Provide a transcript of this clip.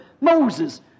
Moses